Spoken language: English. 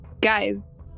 Guys